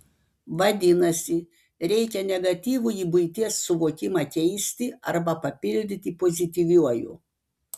vadinasi reikia negatyvųjį buities suvokimą keisti arba papildyti pozityviuoju